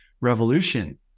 revolution